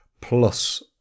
plus